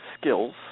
skills